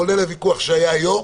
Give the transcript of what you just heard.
כולל הוויכוח שהיה היום,